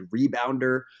rebounder